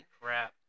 crap